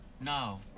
No